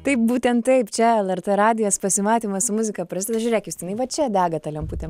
taip būtent taip čia lrt radijas pasimatymas su muzika prasideda žiūrėk justinai va čia dega ta lemputė